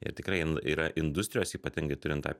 ir tikrai yra industrijos ypatingai turint tą